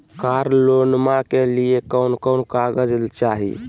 कार लोनमा के लिय कौन कौन कागज चाही?